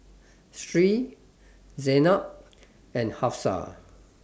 Sri Zaynab and Hafsa